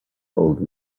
old